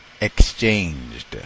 exchanged